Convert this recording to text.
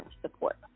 support